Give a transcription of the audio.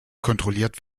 kontrolliert